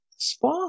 Spa